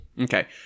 Okay